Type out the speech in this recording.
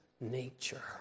nature